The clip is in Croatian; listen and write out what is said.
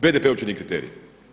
BDP uopće nije kriterij.